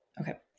Okay